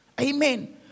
Amen